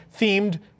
themed